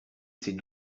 ces